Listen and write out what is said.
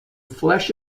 flesh